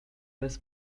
jest